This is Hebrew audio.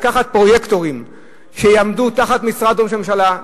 לקחת פרויקטורים שיעמדו תחת משרד ראש הממשלה,